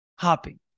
Hopping